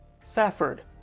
safford